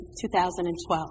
2012